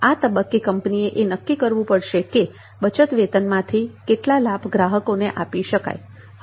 આ તબક્કે કંપનીએ એ નક્કી કરવું પડશે કે બચત વેતનમાં થી કેટલા લાભ ગ્રાહકોને આપી શકાય